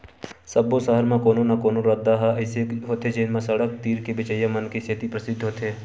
सब्बो सहर म कोनो न कोनो रद्दा ह अइसे होथे जेन म सड़क तीर के बेचइया मन के सेती परसिद्ध होथे